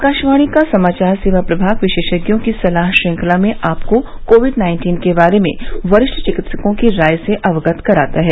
आकाशवाणी का समाचार सेवा प्रभाग विशेषज्ञों की सलाह श्रृंखला में आपको कोविड नाइन्टीन के बारे में वरिष्ठ चिकित्सकों की राय से अवगत कराता है